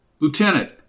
Lieutenant